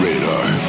Radar